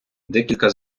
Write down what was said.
декілька